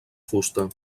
fusta